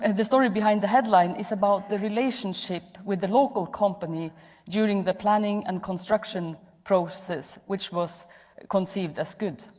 and the story behind the headline is about the relationship with the local company during the planning and construction process which was conceived as good.